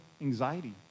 anxiety